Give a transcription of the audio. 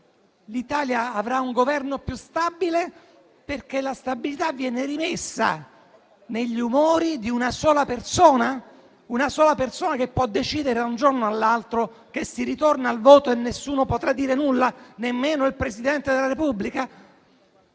l'Italia avrà un Governo più stabile, perché la stabilità viene rimessa agli umori di una sola persona, che può decidere da un giorno all'altro di ritornare al voto senza che nessuno possa dire nulla, nemmeno il Presidente della Repubblica?